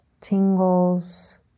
tingles